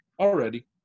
Already